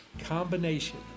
combination